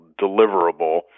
deliverable